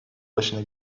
başına